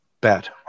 bet